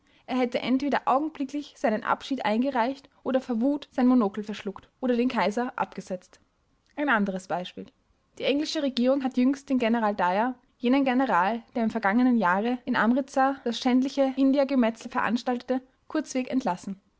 er hätte entweder augenblicklich seinen abschied eingereicht oder vor wut sein monokel verschluckt oder den kaiser abgesetzt ein anderes beispiel die englische regierung hat jüngst den general dyer jenen general der im vergangenen jahre in amritsar das schändliche indiergemetzel veranstaltete kurzweg entlassen